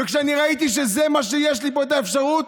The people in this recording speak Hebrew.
וכשאני ראיתי שזה מה שיש לי פה, האפשרות,